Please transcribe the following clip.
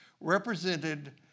represented